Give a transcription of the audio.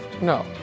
No